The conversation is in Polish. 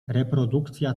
reprodukcja